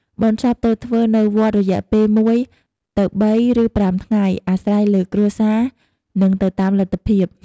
បុណ្យសពត្រូវធ្វើនៅវត្តរយៈពេល ១ - ៣ ឬ៥ថ្ងៃ អាស្រ័យលើគ្រួសារនិងទៅតាមលទ្ធភាព។